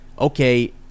okay